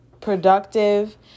productive